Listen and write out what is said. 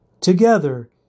Together